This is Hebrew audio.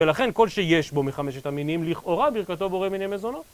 ולכן כל שיש בו מחמשת המינים לכאורה ברכתו בורא מיני מזונות.